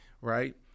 right